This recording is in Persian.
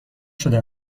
شده